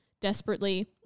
desperately